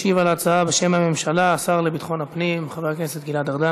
משיב על ההצעה בשם הממשלה השר לביטחון הפנים חבר הכנסת גלעד ארדן.